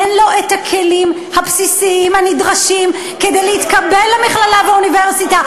אין לו הכלים הבסיסיים הנדרשים כדי להתקבל למכללה ולאוניברסיטה,